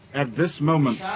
at this moment,